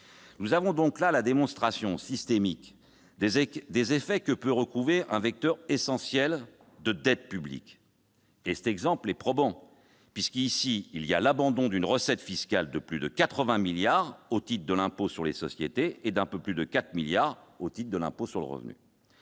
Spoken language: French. Nous avons là la démonstration systémique des effets que peut produire un vecteur essentiel de dette publique. Cet exemple est probant, puisqu'il y va de l'abandon d'une recette fiscale de plus de 80 milliards d'euros au titre de l'impôt sur les sociétés et d'un peu plus de 4 milliards d'euros au titre de l'impôt sur le revenu.